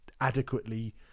adequately